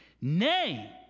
nay